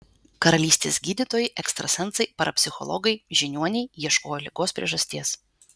karalystės gydytojai ekstrasensai parapsichologai žiniuoniai ieškojo ligos priežasties